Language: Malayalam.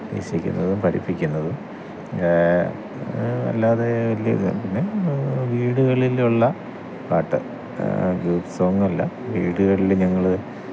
ഉദ്ദേശിക്കുന്നതും പഠിപ്പിക്കുന്നതും അല്ലാതെ വലിയ ഇത് പിന്നെ വീടുകളിലുള്ള പാട്ട് ഗ്രൂപ്പ് സോങ്ങല്ല വീടുകളിൽ ഞങ്ങൾ